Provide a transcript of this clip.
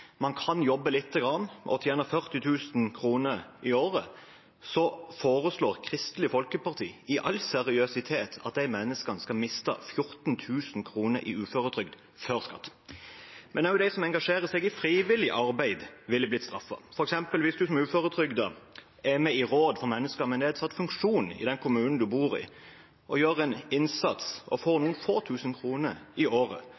man kan jobbe litt og tjene 40 000 kr i året, foreslår Kristelig Folkeparti helt seriøst at de menneskene skal miste 14 000 kr i uføretrygd før skatt. Men også de som engasjerer seg i frivillig arbeid, ville blitt straffet. Hvis man f.eks. som uføretrygdet er med i råd for mennesker med nedsatt funksjonsevne i den kommunen man bor i, og gjør en innsats og får noen få tusen kroner i året,